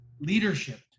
leadership